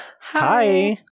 Hi